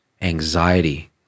anxiety